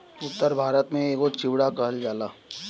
उत्तर भारत में एके चिवड़ा कहल जाला